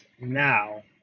now